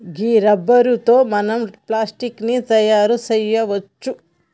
గీ rubber తో మనం plastic ని తయారు చేయవచ్చు